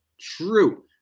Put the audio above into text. true